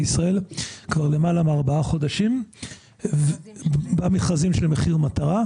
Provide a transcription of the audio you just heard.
ישראל כבר למעלה מארבעה חודשים במכרזים של מחיר מטרה.